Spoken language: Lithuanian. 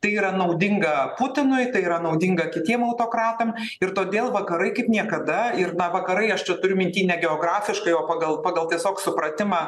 tai yra naudinga putinui tai yra naudinga kitiem autokratam ir todėl vakarai kaip niekada ir vakarai aš čia turiu minty ne geografiškai o pagal pagal tiesiog supratimą